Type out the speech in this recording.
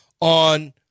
on